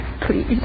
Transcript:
please